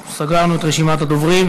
אנחנו סגרנו את רשימת הדוברים,